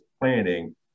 planning